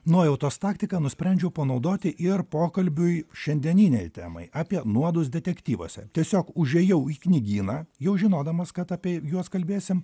nuojautos taktiką nusprendžiau panaudoti ir pokalbiui šiandieninei temai apie nuodus detektyvuose tiesiog užėjau į knygyną jau žinodamas kad apie juos kalbėsim